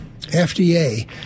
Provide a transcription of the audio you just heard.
FDA